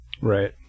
Right